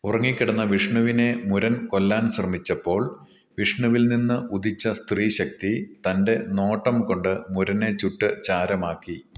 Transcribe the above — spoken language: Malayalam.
ഉറങ്ങിക്കിടന്ന വിഷ്ണുവിനെ മുരൻ കൊല്ലാൻ ശ്രമിച്ചപ്പോൾ വിഷ്ണുവിൽ നിന്നുദിച്ച സ്ത്രീശക്തി തൻറ്റെ നോട്ടം കൊണ്ട് മുരനെ ചുട്ട് ചാരമാക്കി